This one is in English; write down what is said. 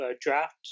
draft